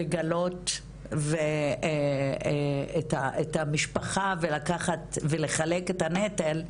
לגלות את המשפחה ולחלק את הנטל,